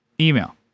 Email